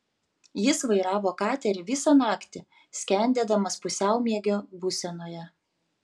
jis vairavo katerį visą naktį skendėdamas pusiaumiegio būsenoje